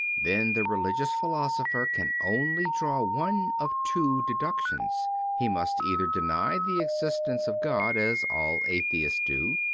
then the religious philosopher can only draw one of two deductions he must either deny the existence of god, as all atheists do,